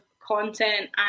content